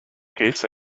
case